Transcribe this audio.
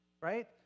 right